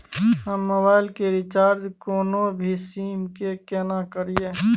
हम मोबाइल के रिचार्ज कोनो भी सीम के केना करिए?